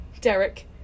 Derek